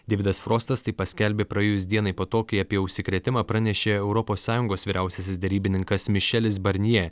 deividas frostas tai paskelbė praėjus dienai po to kai apie užsikrėtimą pranešė europos sąjungos vyriausiasis derybininkas mišelis barnje